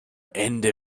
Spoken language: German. ende